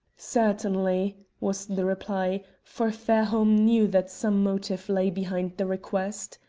certainly, was the reply, for fairholme knew that some motive lay behind the request.